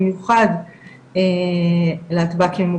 במיוחד להטב"קים,